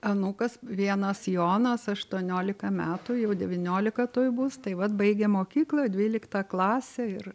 anūkas vienas jonas aštuoniolika metų jau devyniolika tuoj bus tai vat baigia mokyklą dvyliktą klasę ir